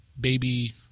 baby